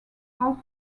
hard